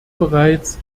bereits